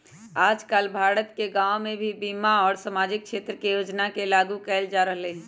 आजकल भारत के गांव में भी बीमा और सामाजिक क्षेत्र के योजना के लागू कइल जा रहल हई